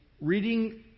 Reading